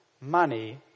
money